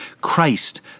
Christ